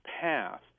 path